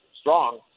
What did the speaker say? strong